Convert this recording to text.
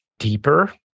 deeper